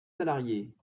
salariés